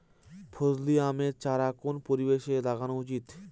ফজলি আমের চারা কোন পরিবেশে লাগানো উচিৎ?